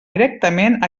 directament